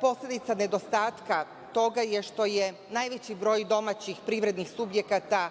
Posledica nedostatka toga je što najveći broj domaćih privrednih subjekata